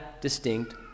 distinct